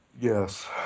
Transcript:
Yes